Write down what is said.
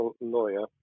lawyer